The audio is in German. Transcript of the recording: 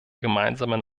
gemeinsamen